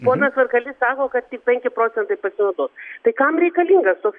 ponas varkalys sako kad tik penki procentai pasinaudos tai kam reikalingas toks